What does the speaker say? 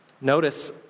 Notice